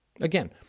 Again